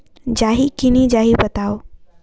जाही की नइ जाही बताव?